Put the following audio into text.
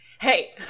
hey